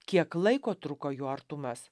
kiek laiko truko jo artumas